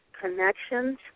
connections